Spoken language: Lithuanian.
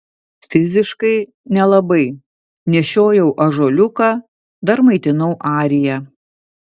fiziškai nelabai nešiojau ąžuoliuką dar maitinau ariją